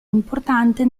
importante